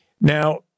Now